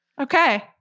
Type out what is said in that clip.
Okay